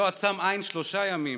שלא עצם עין שלושה ימים,